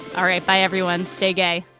all right. bye, everyone. stay gay